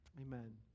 amen